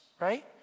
right